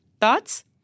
Thoughts